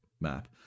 map